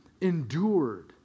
endured